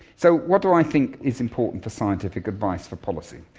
so what do i think is important for scientific advice for policy?